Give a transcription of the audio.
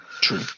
True